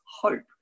hope